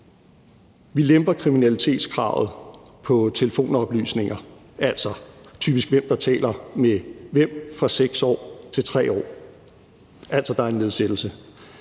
Vi lemper kriminalitetskravet på telefonoplysninger, altså typisk, hvem der taler med hvem, fra 6 år til 3 år. Altså, der er en nedsættelse.